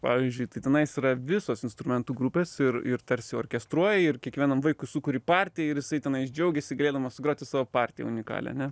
pavyzdžiui tai tenais yra visos instrumentų grupės ir ir tarsi orkestruoji ir kiekvienam vaikui sukuri partiją ir jisai tenais džiaugiasi galėdamas sugroti savo partiją unikalią ane